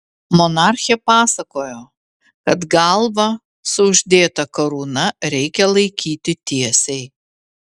monarchė pasakojo kad galvą su uždėta karūna reikia laikyti tiesiai